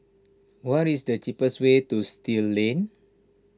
what is the cheapest way to Still Lane